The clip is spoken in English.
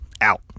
out